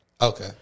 Okay